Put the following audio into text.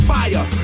fire